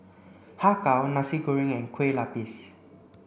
Har Kow Nasi Goreng and Kue Lupis